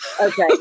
Okay